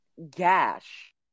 gash